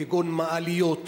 כגון מעליות,